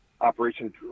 Operation